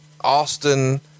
Austin